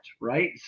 right